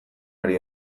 ari